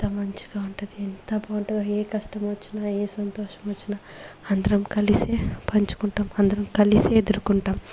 అంత మంచిగా ఉంటుంది ఎంత బాగుంటదో ఏ కష్టమొచ్చిన ఏ సంతోషమొచ్చిన అందరం కలిసే పంచుకుంటాం అందరం కలిసే ఎదుర్కొంటాం